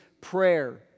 prayer